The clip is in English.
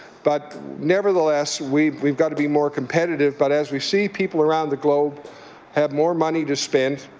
but nevertheless, we've we've got to be more competitive. but as we see people around the globe have more money to spend.